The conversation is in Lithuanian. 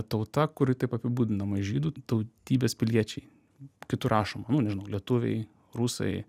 tauta kuri taip apibūdinama žydų tautybės piliečiai kitur rašoma nu nežinau lietuviai rusai